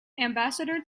ambassador